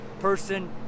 person